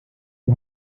die